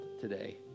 today